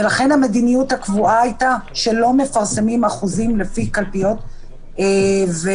לכן המדיניות הקבועה הייתה שלא מפרסמים אחוזים לפי קלפיות ויישובים,